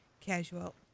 casual